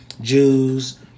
Jews